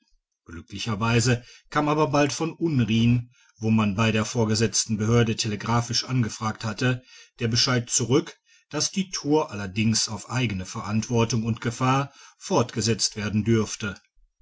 glücklicherweise kam aber bald von unrin wo man bei der vorgesetzten behörde telegraphisch angefragt hatte der bescheid zurück dass die tour allerdings auf eigene verantwortung und gefahr fortgesetzt werden dürfte